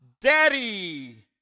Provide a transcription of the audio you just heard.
Daddy